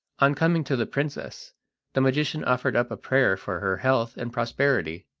on coming to the princess the magician offered up a prayer for her health and prosperity.